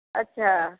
अच्छा